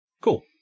Cool